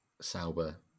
Sauber